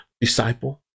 disciple